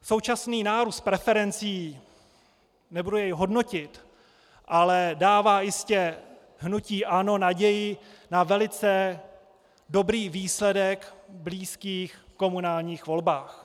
Současný nárůst preferencí, nebudu jej hodnotit, ale dává jistě hnutí ANO naději na velice dobrý výsledek v blízkých komunálních volbách.